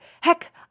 Heck